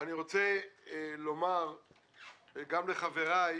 אני רוצה לומר גם לחבריי: